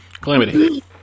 Calamity